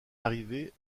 arrivé